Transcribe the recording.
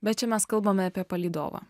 bet čia mes kalbame apie palydovą